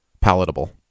palatable